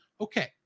Okay